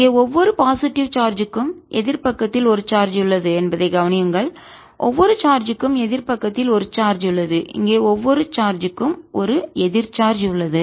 இங்கே ஒவ்வொரு பாசிட்டிவ் நேர்மறை சார்ஜ்க்கும் எதிர் பக்கத்தில் ஒரு சார்ஜ் உள்ளது என்பதைக் கவனியுங்கள் ஒவ்வொரு சார்ஜ்க்கும் எதிர் பக்கத்தில் ஒரு சார்ஜ் உள்ளது இங்கே ஒவ்வொரு சார்ஜ்க்கும் ஒரு எதிர் சார்ஜ் உள்ளது